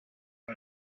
how